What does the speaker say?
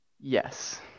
Yes